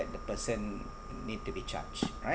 the person need to be charged right